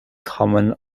common